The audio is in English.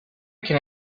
can